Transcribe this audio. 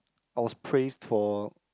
I was praised for